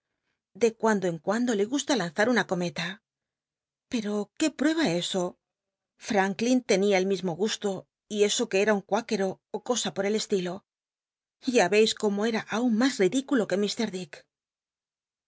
de cuando en cuando le gusta lanzar una cometa pero qué prueba eso franklin tenia el mismo gusto y eso que era un cmikero ó cosa por el estilo ya r eis como cm aun mas ridículo que